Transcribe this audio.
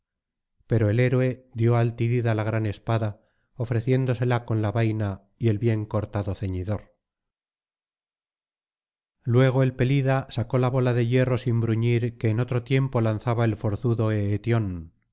pero el héroe dio al tidida la gran espada ofreciéndosela con la vaina y el bien cortado ceñidor luego el pelida sacó la bola de hierro sin bruñir que en otro tiempo lanzaba el forzudo